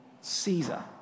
Caesar